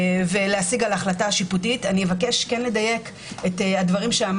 להחזיר את הביטחון העצמי, את המסוגלות, לשקם